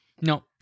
No